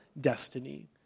destiny